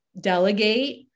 delegate